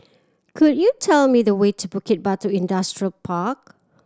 could you tell me the way to Bukit Batok Industrial Park